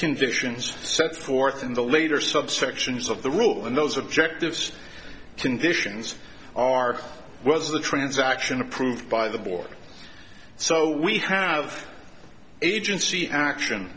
convictions set forth in the later subsections of the rule and those objectives conditions are was the transaction approved by the board so we have agency action